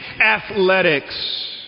athletics